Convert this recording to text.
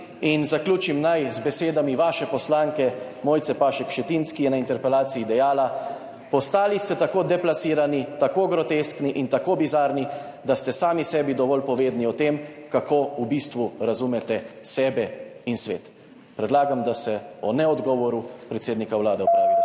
In zaključim naj z besedami vaše poslanke Mojce Pašek Šetinc, ki je na interpelaciji dejala: »Postali ste tako deplasirani, tako groteskni in tako bizarni, da ste sami sebi dovolj povedni o tem, kako v bistvu razumete sebe in svet.« Predlagam, da se o neodgovoru predsednika Vlade opravi razprava.